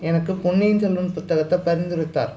எனக்கு பொன்னியின் செல்வன் புத்தகத்தை பரிந்துரைத்தார்